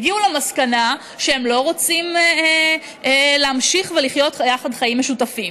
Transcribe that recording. הגיעו למסקנה שהם לא רוצים להמשיך ולחיות יחד חיים משותפים?